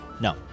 No